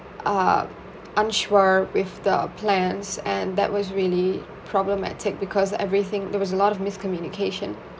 uh unsure with the plans and that was really problematic because everything there was a lot of miscommunication